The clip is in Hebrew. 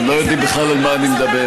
לא יודעים בכלל על מה אני מדבר.